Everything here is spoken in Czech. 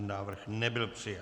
Návrh nebyl přijat.